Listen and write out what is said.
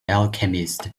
alchemist